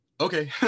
Okay